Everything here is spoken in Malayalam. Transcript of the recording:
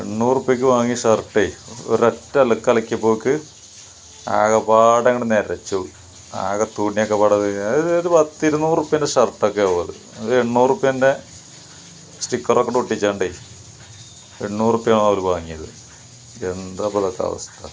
എണ്ണൂറുപ്പ്യക്ക് വാങ്ങിയ ഷർട്ടെ ഒരൊറ്റ അലക്ക് അലക്കിയപ്പോക്ക് ആകെപ്പാടങ്ങട് നരച്ചു ആകെ തുണിയൊക്കെപ്പാടെ അത് ഇത് പത്തിരുന്നൂറ്പ്പ്യൻറ്റെ ഷർട്ടൊക്കേവുവത് എണ്ണൂറുപ്പ്യൻറ്റെ സ്റ്റിക്കറൊക്കങ്ങട് ഒട്ടിച്ചത് കൊണ്ടേ എണ്ണൂറുപ്പ്യാണ് അവർ വാങ്ങിയത് ഇതെന്താപ്പൊ ഇതൊക്കവസ്ഥ